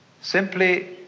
simply